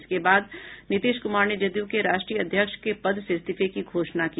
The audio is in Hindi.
इसके बाद नीतीश कुमार ने जदयू के राष्ट्रीय अध्यक्ष के पद से इस्तीफे की घोषणा की